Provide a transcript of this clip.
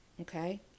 Okay